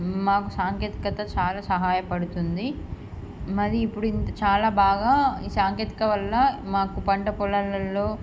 మాకు సాంకేతిక చాలా సహాయపడుతుంది మరి ఇప్పుడు ఇంత చాలా బాగా ఈ సాంకేతిక వల్ల మాకు పంట పొలాలలో